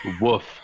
Woof